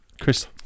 Chris